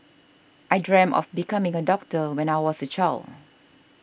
I dreamt of becoming a doctor when I was a child